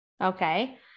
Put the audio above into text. Okay